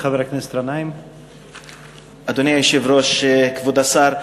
אדוני היושב-ראש, כבוד השר,